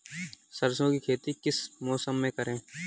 सरसों की खेती किस मौसम में करें?